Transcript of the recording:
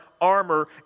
armor